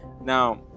Now